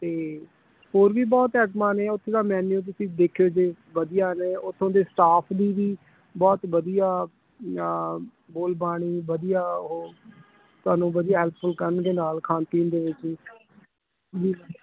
ਅਤੇ ਹੋਰ ਵੀ ਬਹੁਤ ਐਟਮਾਂ ਨੇ ਉੱਥੇ ਤਾਂ ਮੈਨਿਊ ਤੁਸੀਂ ਦੇਖਿਓ ਜੇ ਵਧੀਆ ਨੇ ਉੱਥੋਂ ਦੇ ਸਟਾਫ਼ ਦੀ ਵੀ ਬਹੁਤ ਵਧੀਆ ਬੋਲਬਾਣੀ ਵਧੀਆ ਉਹ ਤੁਹਾਨੂੰ ਵਧੀਆ ਹੈਲਪਫੁਲ ਕਰਨਗੇ ਨਾਲ ਖਾਣ ਪੀਣ ਦੇ ਵਿੱਚ ਵੀ ਜੀ